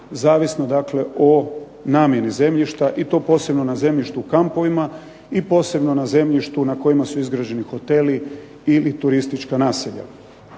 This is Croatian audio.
zavisno dakle o namjeni zemljišta i to posebno na zemljištu u kampovima i posebno na zemljištu na kojima su izgrađeni hoteli ili turistička naselja.